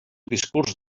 discurs